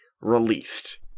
released